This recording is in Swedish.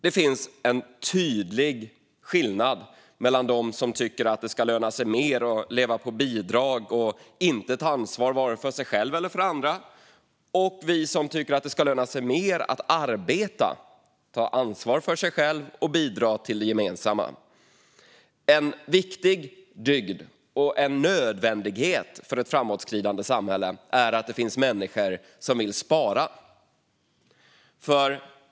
Det finns en tydlig skillnad mellan dem som tycker att det ska löna sig mer att leva på bidrag och inte ta ansvar vare sig för sig själv eller för andra och oss som tycker att det ska löna sig mer att arbeta, ta ansvar för sig själv och bidra till det gemensamma. En viktig dygd och en nödvändighet för ett framåtskridande samhälle är att det finns människor som vill spara.